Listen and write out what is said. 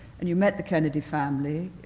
and you met the kennedy family,